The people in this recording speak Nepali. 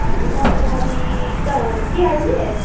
ए मखमली त होस् कि अहिले